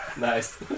nice